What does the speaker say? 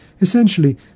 Essentially